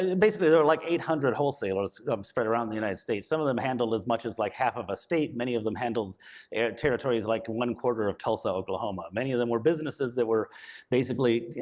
and and basically there were like eight hundred wholesalers spread around the united states. some of them handled as much as like half of a state. many of them handled territories like one-quarter of tulsa, oklahoma. many of them were businesses that were basically.